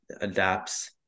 adapts